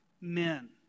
men